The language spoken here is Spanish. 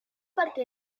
parte